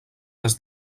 des